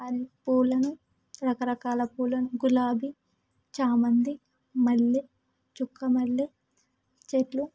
పూలను రకరకాల పూలు గులాబీ చాలామంది మల్లి చుక్క మల్లి చెట్లు